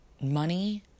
money